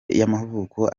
yamavuko